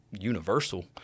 universal